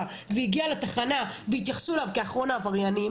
והגיע לתחנה והתייחסו אליו כאחרון העבריינים,